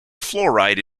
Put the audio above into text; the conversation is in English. fluoride